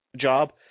job